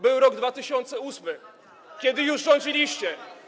Był rok 2008, kiedy już rządziliście.